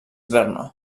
brno